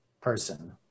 person